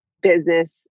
business